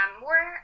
more